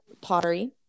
pottery